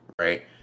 right